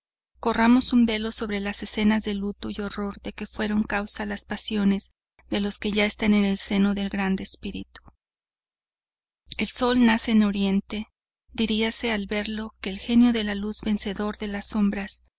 corramos un velo sobre las escenas de luto y horror de que fueron causa las pasiones de los que ya están en el seno del grande espíritu el sol nace en oriente diríase al verlo que el genio de la luz vencedor de las sombras